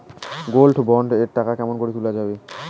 Gold bond এর টাকা কেমন করি তুলা যাবে?